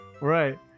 right